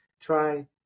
try